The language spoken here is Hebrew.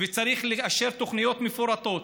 וצריך לאשר תוכניות מפורטות.